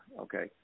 okay